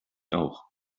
auch